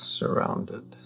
surrounded